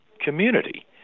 community